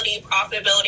profitability